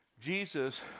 Jesus